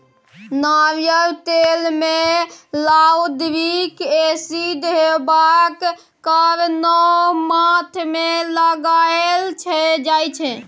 नारियल तेल मे लाउरिक एसिड हेबाक कारणेँ माथ मे लगाएल जाइ छै